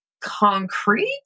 concrete